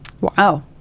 Wow